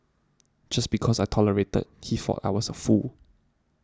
just because I tolerated he thought I was a fool